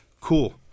cool